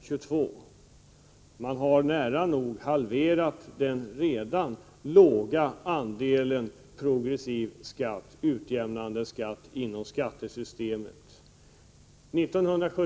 Därmed har moderaterna nära nog halverat den redan låga andelen progressiv skatt, dvs. utjämnande skatt, inom skattesystemet.